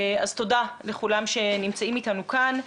אז תודה לכולם שנמצאים איתנו כאן.